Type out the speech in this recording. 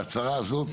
וההצהרה הזאת,